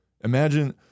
Imagine